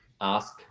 ask